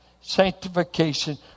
sanctification